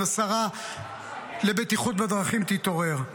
אם השרה לבטיחות בדרכים תתעורר.